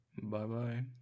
Bye-bye